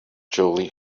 jolie